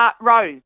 Rose